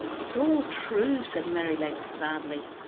it is all true, said merrylegs sadly,